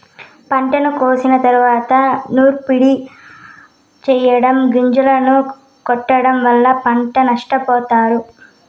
పంటను కోసిన తరువాత నూర్పిడి చెయ్యటం, గొంజలను కొట్టడం వల్ల పంట నష్టపోతారు